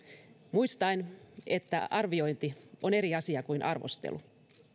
muistaen että arviointi on eri asia kuin arvostelu